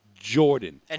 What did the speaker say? Jordan